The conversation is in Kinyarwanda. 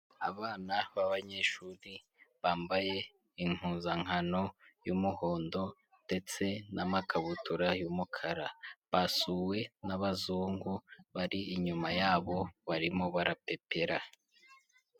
Abana b'abanyeshuri bambaye impuzankano y'umuhondo ndetse n'amakabutura y'umukara basuwe n'abazungu bari inyuma yabo barimo barapepera.